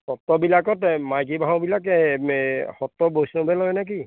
সত্ৰবিলাকত মাইকী ভাওবিলাক সত্ৰ বৈষ্ণৱে লয় নে কি